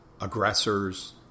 aggressors